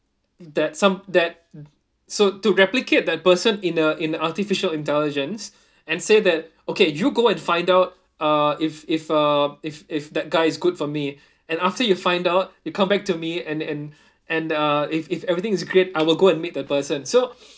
that some that so to replicate that person in the in the artificial intelligence and say that okay you go and find out uh if if uh if if that guy is good for me and after you find out you come back to me and and and uh if if everything is great I will go and meet the person so